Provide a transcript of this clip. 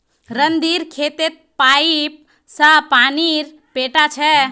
रणधीर खेतत पाईप स पानी पैटा छ